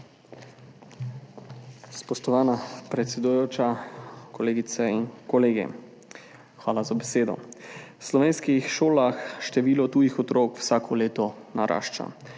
Spoštovana predsedujoča, kolegice in kolegi! Hvala za besedo. V slovenskih šolah število tujih otrok vsako leto narašča.